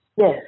Yes